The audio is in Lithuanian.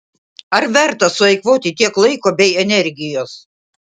ar verta sueikvoti tiek laiko bei energijos